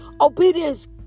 Obedience